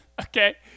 Okay